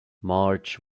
march